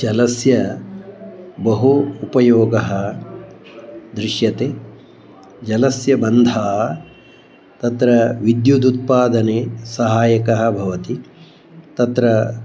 जलस्य बहु उपयोगः दृश्यते जलस्य बन्धः तत्र विद्युदुत्पादने सहाय्यकः भवति तत्र